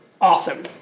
awesome